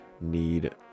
need